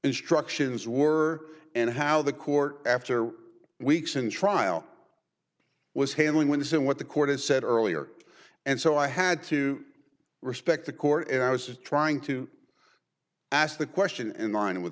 instructions were and how the court after weeks in trial was handling wins in what the court had said earlier and so i had to respect the court and i was trying to ask the question in line with